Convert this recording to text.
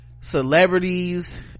celebrities